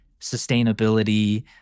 sustainability